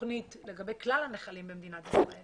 התוכנית לגבי כלל הנחלים במדינת ישראל